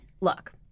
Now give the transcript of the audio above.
look